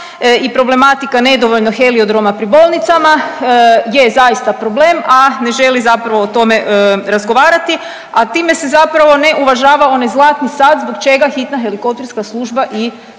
i problematika nedovoljno heliodroma pri bolnicama je zaista problem, a ne želi zapravo o tome razgovarati, a time se zapravo ne uvažava onaj zlatni sat zbog čega hitna helikopterska služba i